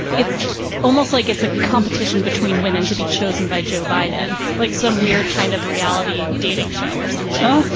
it's almost like it's a competition between women to be chosen by joe biden. like some weird kind of reality dating show or something.